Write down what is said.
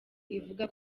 ivuga